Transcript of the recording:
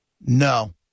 No